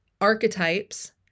archetypes